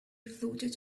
floated